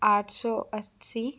आठ सौ अस्सी